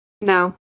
No